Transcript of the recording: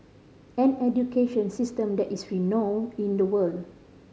an education system that is renowned in the world